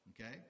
Okay